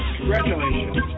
Congratulations